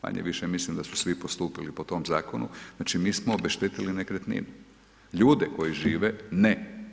Manje-više mislim da su svi postupili po tom zakonu, znači mi smo obeštetili nekretnine, ljude koji žive ne.